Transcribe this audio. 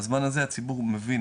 הזמן הזה הציבור מבין,